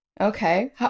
okay